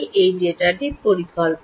এই ডেটা কল্পনা